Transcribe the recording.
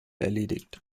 erledigt